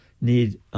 need